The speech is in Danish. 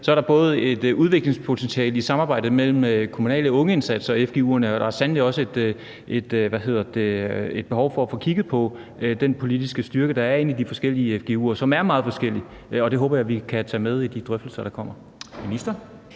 er der både et udviklingspotentiale i samarbejdet mellem den kommunale ungeindsats og fgu'erne, og der er sandelig også et behov for at få kigget på den politiske styrke, der er i de forskellige fgu'er. Den er meget forskellig, og det håber jeg vi kan tage med i de drøftelser, der kommer. Kl.